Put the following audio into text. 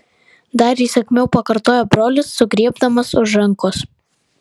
dar įsakmiau pakartojo brolis sugriebdamas už rankos